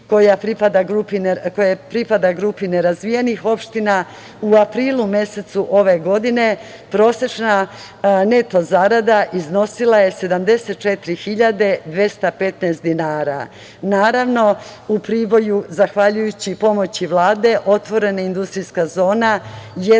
koja pripada grupi nerazvijenih opština, u aprilu mesecu ove godine prosečna neto zarada iznosila je 74.215 dinara. Naravno, u Priboju, zahvaljujući pomoći Vlade otvorena je industrijska zona,